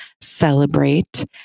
celebrate